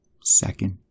Second